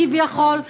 כביכול,